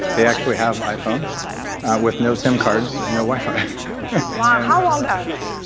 they actually have iphones with no sim cards and no wifi wow. how old are they?